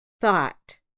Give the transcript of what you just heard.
thought